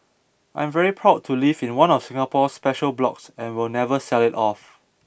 I'm very proud to live in one of Singapore's special blocks and will never sell it off